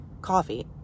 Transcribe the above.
coffee